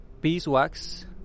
beeswax